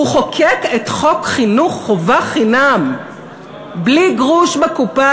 הוא חוקק את חוק חינוך חובה חינם בלי גרוש בקופה,